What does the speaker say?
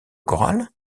corral